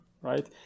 right